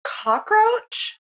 cockroach